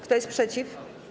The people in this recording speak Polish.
Kto jest przeciw?